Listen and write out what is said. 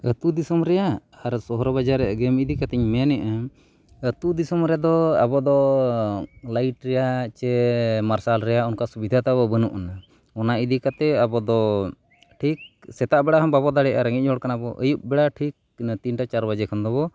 ᱟᱛᱳ ᱫᱤᱥᱚᱢ ᱨᱮᱭᱟᱜ ᱟᱨ ᱥᱚᱦᱚᱨ ᱵᱟᱡᱟᱨ ᱨᱮᱭᱟᱜ ᱜᱮᱢ ᱤᱫᱤ ᱠᱟᱛᱤᱧ ᱢᱮᱱᱮᱫᱼᱟ ᱟᱛᱳ ᱫᱤᱥᱚᱢ ᱨᱮᱫᱚ ᱟᱵᱚ ᱫᱚ ᱞᱟᱭᱤᱴ ᱨᱮᱭᱟᱜ ᱪᱮ ᱢᱟᱨᱥᱟᱞ ᱨᱮᱭᱟᱜ ᱚᱱᱠᱟ ᱥᱩᱵᱤᱫᱷᱟ ᱫᱚ ᱵᱟᱹᱱᱩᱜ ᱟᱱᱟᱝ ᱚᱱᱟ ᱤᱫᱤ ᱠᱟᱛᱮᱫ ᱟᱵᱚᱫᱚ ᱴᱷᱤᱠ ᱥᱮᱛᱟᱜ ᱵᱮᱲᱟ ᱦᱚᱸ ᱵᱟᱵᱚ ᱫᱟᱲᱮᱭᱟᱜᱼᱟ ᱨᱮᱸᱜᱮᱡ ᱦᱚᱲ ᱠᱟᱱᱟ ᱵᱚᱱ ᱟᱹᱭᱩᱵ ᱵᱮᱲᱟ ᱴᱷᱤᱠ ᱛᱤᱱᱴᱟ ᱪᱟᱨ ᱵᱟᱡᱮ ᱠᱷᱚᱱ ᱫᱚᱵᱚ